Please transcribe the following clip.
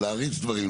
להריץ דברים.